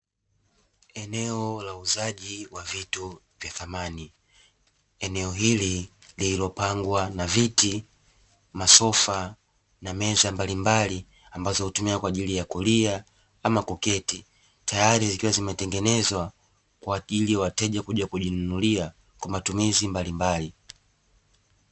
Eneo la uuzaji wa vitu vya samani, eneo hili lililo pangwa na viti, masofa na meza mbalimbali ambavyo hutumika kwa ajili ya kulia hama kuketi, tayari zikiwa zimetengenezwa kwa ajili ya wateja kuja kujinunulia kwa matumizi mbalimbali.